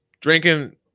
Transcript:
drinking